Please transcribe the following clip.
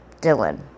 Dylan